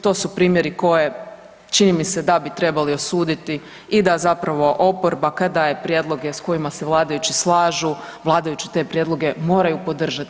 To su primjeri koje čini mi se da bi trebali osuditi i da zapravo oporba kad daje prijedloge sa kojima se vladajući slažu vladajući te prijedloge moraju podržati.